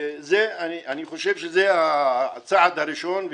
ואני חושב שזה הצעד הראשון.